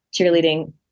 cheerleading